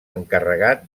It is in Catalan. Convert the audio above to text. encarregat